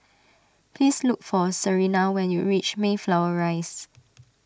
please look for Serina when you reach Mayflower Rise